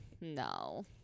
no